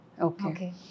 Okay